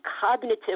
cognitive